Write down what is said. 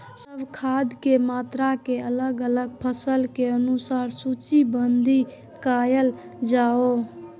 सब खाद के मात्रा के अलग अलग फसल के अनुसार सूचीबद्ध कायल जाओ?